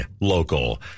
local